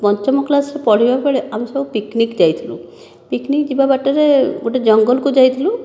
ପଞ୍ଚମ କ୍ଳାସରେ ପଢ଼ିବା ବେଳେ ଆମେ ସବୁ ପିକନିକ ଯାଇଥିଲୁ ପିକନିକ ଯିବା ବାଟରେ ଗୋଟିଏ ଜଙ୍ଗଲକୁ ଯାଇଥିଲୁ